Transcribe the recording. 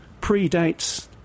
predates